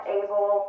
able